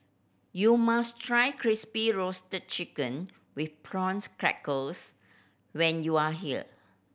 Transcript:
you must try Crispy Roasted Chicken with prawns crackers when you are here